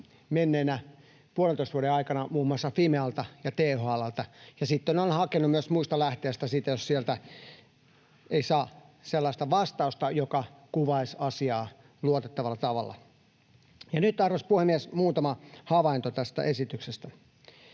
menneen puolentoista vuoden aikana muun muassa Fimealta ja THL:ltä ja sitten olen hakenut myös muista lähteistä, jos sieltä ei saa sellaista vastausta, joka kuvaisi asiaa luotettavalla tavalla. Nyt, arvoisa puhemies, muutama havainto tästä esityksestä.